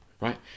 right